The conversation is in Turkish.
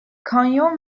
kanyon